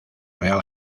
real